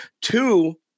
two